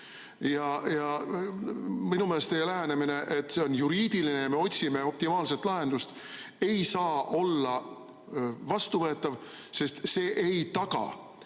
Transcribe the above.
Minu meelest teie lähenemine, et see on juriidiline [küsimus] ja me otsime optimaalset lahendust, ei saa olla vastuvõetav, sest see ei taga